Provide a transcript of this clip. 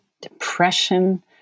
depression